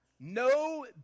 No